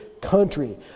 country